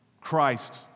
Christ